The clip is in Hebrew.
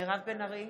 מירב בן ארי,